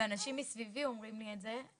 ואנשים מסביבי אומרים לי את זה,